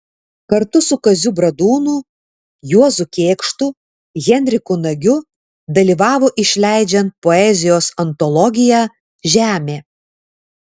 kartu su kaziu bradūnu juozu kėkštu henriku nagiu dalyvavo išleidžiant poezijos antologiją žemė